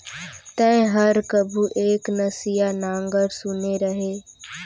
तैंहर कभू एक नसिया नांगर सुने रहें?